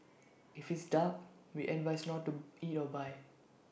if it's dark we advise not to eat or buy